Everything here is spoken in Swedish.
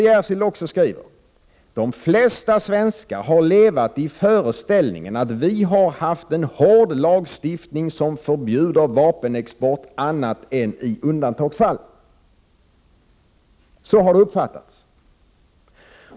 Jersild skriver: ”De flesta svenskar har levat i föreställningen att vi har haft en hård lagstiftning som förbjuder vapenexport annat än i undantagsfall.” Så har det uppfattats.